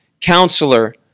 Counselor